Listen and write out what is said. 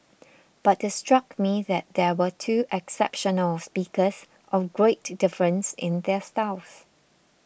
but it struck me that here were two exceptional speakers of great difference in their styles